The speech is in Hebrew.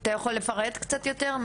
אתה יכול לפרט קצת יותר?